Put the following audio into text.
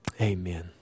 Amen